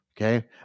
Okay